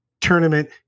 tournament